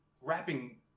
rapping